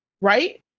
Right